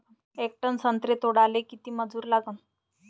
येक टन संत्रे तोडाले किती मजूर लागन?